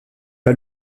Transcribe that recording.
pas